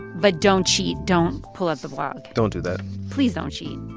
but don't cheat. don't pull up the blog don't do that please don't cheat.